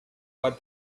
but